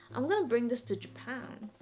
i'm gonna bring this to japan.